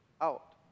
out